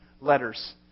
letters